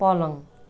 पलङ